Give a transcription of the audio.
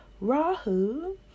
Rahu